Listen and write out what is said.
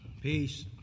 Peace